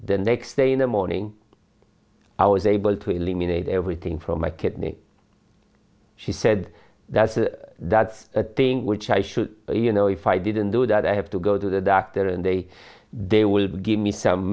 the next day in the morning i was able to eliminate everything from my kidney she said that's it that's the thing which i should you know if i didn't do that i have to go to the doctor and they they will give me some